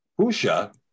Husha